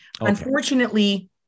Unfortunately